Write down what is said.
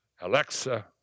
Alexa